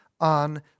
on